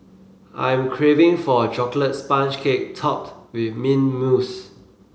I am craving for a chocolate sponge cake topped with mint mousse